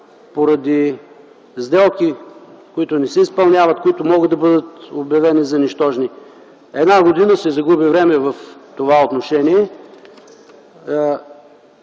поради сделки, които не се изпълняват, които могат да бъдат обявени за нищожни. Загуби се една година време в това отношение.